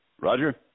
Roger